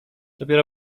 dopiero